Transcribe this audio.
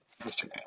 Instagram